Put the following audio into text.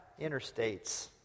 interstates